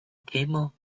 camel